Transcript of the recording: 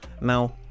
Now